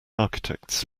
architect’s